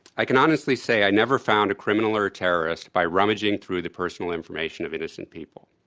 i can honestly say i never found a criminal or a terrorist by rummaging through the personal information of innocent people.